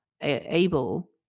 able